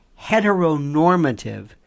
heteronormative